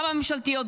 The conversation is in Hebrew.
גם הממשלתיות,